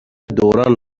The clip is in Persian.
دوران